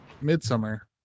Midsummer